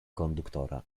konduktora